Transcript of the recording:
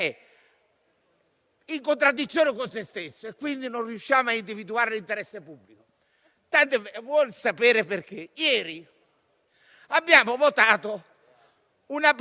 è possibile individuare un interesse pubblico nel mantenimento delle elezioni al 20 settembre o del voto su una riforma costituzionale?